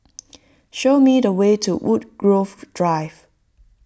show me the way to Woodgrove Drive